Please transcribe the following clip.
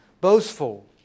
boastful